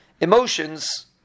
Emotions